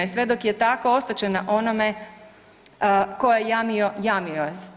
I sve dok je tako, ostat će na onome tko je jamio jamio je.